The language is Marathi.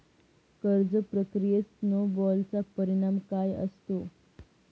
कर्ज प्रक्रियेत स्नो बॉलचा परिणाम काय असतो?